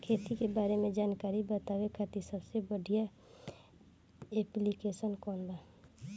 खेती के बारे में जानकारी बतावे खातिर सबसे बढ़िया ऐप्लिकेशन कौन बा?